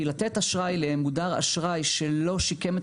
כי לתת אשראי למודר אשראי שלא שיקם את